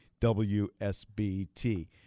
WSBT